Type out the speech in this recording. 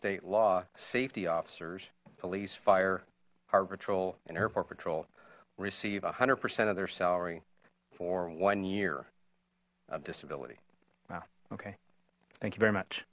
state law safety officers police fire arbitral and airport patrol receive a hundred percent of their salary for one year of disability wow okay thank you very much